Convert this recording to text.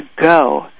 go